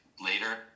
later